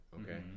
okay